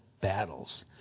battles